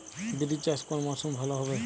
বিরি চাষ কোন মরশুমে ভালো হবে?